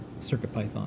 CircuitPython